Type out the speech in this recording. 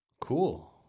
Cool